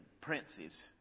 princes